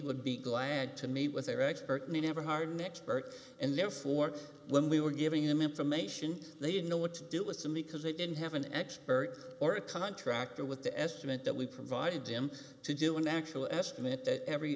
would be glad to meet with their expert never hard mix burke and therefore when we were giving them information they didn't know what to do with them because they didn't have an expert or a contractor with the estimate that we provided him to do an actual estimate that every